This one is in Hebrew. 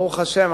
ברוך השם,